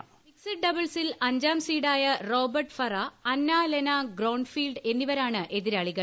voice mixed ഡബിൾസിൽ അഞ്ചാം സീഡായ Robert Farah Anna Lena Groenefeld എന്നിവരാണ് എതിരാളികൾ